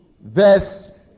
verse